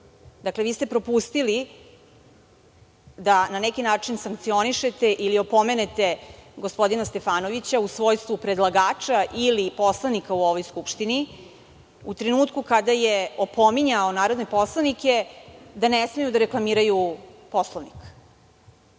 Poslovnik. Vi ste propustili da na neki način sankcionišete ili opomenete gospodina Stefanovića, u svojstvu predlagača, ili poslanika u ovoj Skupštini, u trenutku kada je opominjao narodne poslanike da ne smeju da reklamiraju Poslovnik. Ja